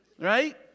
right